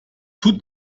tut